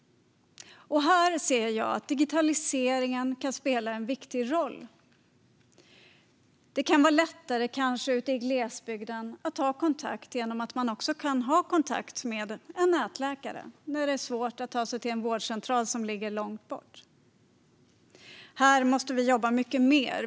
Här ser jag att digitaliseringen kan spela en viktig roll. Ute i glesbygden kan det kanske vara lättare att ha kontakt med en nätläkare när det är svårt att ta sig till en vårdcentral som ligger långt bort. Här måste vi jobba mycket mer.